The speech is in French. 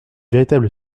véritable